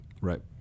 Right